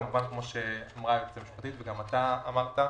כמו שאמרה היועצת המשפטית וכמו שאתה אמרת,